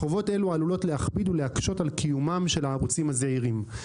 חובות אלו עלולים להכביד ולהקשות על קיומם של הערוצים הזעירים.